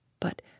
But